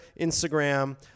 Instagram